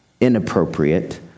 inappropriate